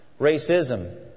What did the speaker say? Racism